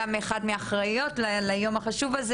גם היא אחת מהאחראיות ליום החשוב הזה